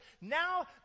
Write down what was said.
now